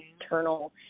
internal